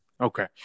Okay